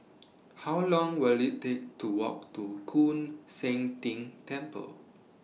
How Long Will IT Take to Walk to Koon Seng Ting Temple